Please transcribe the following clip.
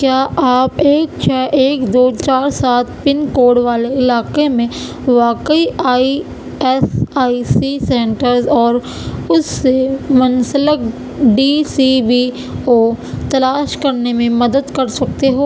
کیا آپ ایک چھ ایک دو چار سات پن کوڈ والے علاقے میں واقع I S I C centres اور اس سے منسلک ڈی سی بی او تلاش کرنے میں مدد کر سکتے ہو